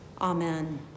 Amen